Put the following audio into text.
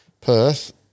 Perth